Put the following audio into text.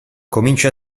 comincia